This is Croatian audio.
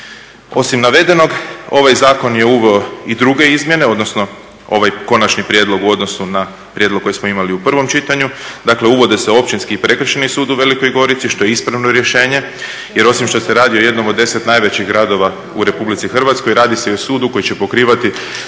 Osim navedenog, ovaj zakon je uveo i druge izmjene, odnosno ovaj konačni prijedlog u odnosu na prijedlog koji smo imali u prvom čitanju. Dakle, uvode se Općinski i Prekršajni sud u Velikoj Gorici što je ispravno rješenje, jer osim što se radi o jednom od 10 najvećih gradova u Republici Hrvatskoj, radi se i o sudu koji će pokrivati